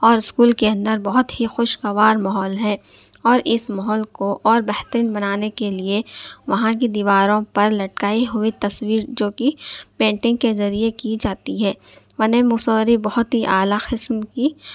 اور اسکول کے اندر بہت ہی خوش گوار ماحول ہے اور اس ماحول کو اور بہترین بنانے کے لیے وہاں کی دیواروں پر لٹکائی ہوئی تصویر جو کہ پینٹنگ کے ذریعے کی جاتی ہے انہیں مصوری بہت ہی اعلیٰ قسم کی